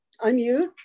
Unmute